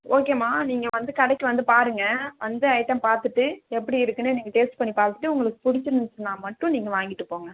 ஓகேம்மா நீங்கள் வந்து கடைக்கு வந்து பாருங்க வந்து ஐட்டம் பார்த்துட்டு எப்படி இருக்குதுன்னு நீங்கள் டேஸ்ட் பண்ணி பார்த்துட்டு உங்களுக்கு பிடிச்சிருந்துச்சின்னா மட்டும் நீங்கள் வாங்கிகிட்டு போங்க